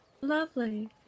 Lovely